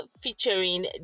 featuring